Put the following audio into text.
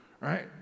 right